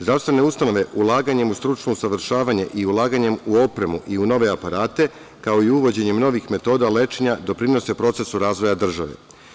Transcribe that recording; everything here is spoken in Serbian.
Zdravstvene ustanove, ulaganjem u stručno usavršavanje i ulaganjem u opremu i u nove aparate, kao i uvođenjem novih metoda lečenja, doprinose procesu razvoja države.